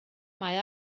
mae